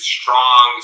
strong